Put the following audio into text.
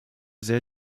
sehr